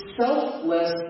selfless